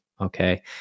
Okay